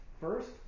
First